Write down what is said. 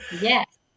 Yes